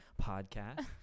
podcast